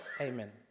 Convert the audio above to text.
Amen